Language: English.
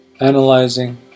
analyzing